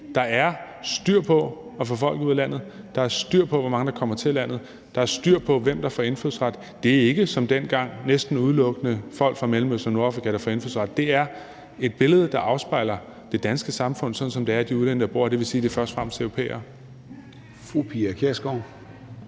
Der er styr på at få folk ud af landet. Der er styr på, hvor mange der kommer til landet. Der er styr på, hvem der får indfødsret. Det er jo ikke som dengang næsten udelukkende folk fra Mellemøsten og Nordafrika, der får indfødsret. Det er et billede, der afspejler det danske samfund, som det er – de udlændinge, der bor her – og det vil sige, at det først og fremmest er europæere. Kl.